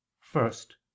first